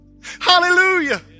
Hallelujah